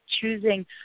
choosing